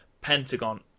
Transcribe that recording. Pentagon